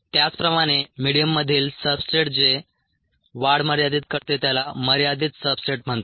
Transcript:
त्याचप्रमाणे मिडीयममधील सब्सट्रेट जे वाढ मर्यादित करते त्याला मर्यादित सब्सट्रेट म्हणतात